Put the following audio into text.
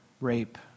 rape